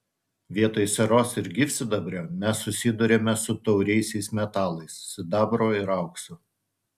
vietoj sieros ir gyvsidabrio mes susiduriame su tauriaisiais metalais sidabru ir auksu